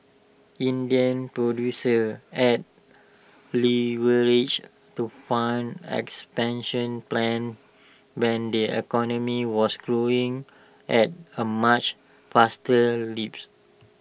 Indian producers added leverage to fund expansion plans when the economy was growing at A much faster lips